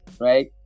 right